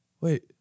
wait